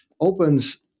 opens